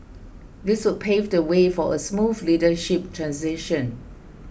this would pave the way for a smooth leadership transition